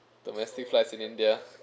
domestic flights in india